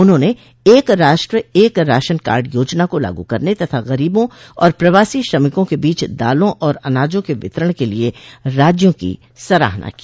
उन्होंने एक राष्ट्र एक राशन कार्ड योजना को लागू करने तथा गरीबों और प्रवासी श्रमिकों के बीच दालों और अनाजों के वितरण के लिए राज्यों की सराहना की